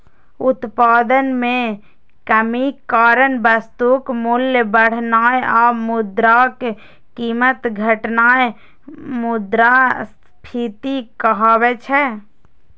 उत्पादन मे कमीक कारण वस्तुक मूल्य बढ़नाय आ मुद्राक कीमत घटनाय मुद्रास्फीति कहाबै छै